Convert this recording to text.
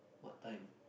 what time